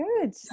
Good